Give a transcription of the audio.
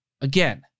again